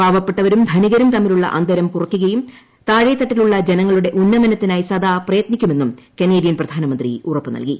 പാവപ്പെട്ടവരും ധനികരും തമ്മിലുള്ള അന്തരം കുറയ്ക്കുകയും താഴെത്തട്ടിലുള്ള ജനങ്ങളുടെ ഉന്നമനത്തിനായി സദാ പ്രയത്നിക്കുമെന്നും കനേഡിയൻ പ്രധാനമന്ത്രി ഉറപ്പുനൽകി